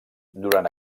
durant